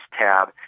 tab